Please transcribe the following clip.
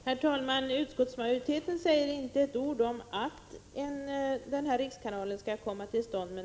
Herr talman! Utskottsmajoriteten säger inte ett ord om att en rikskanal skall komma till stånd.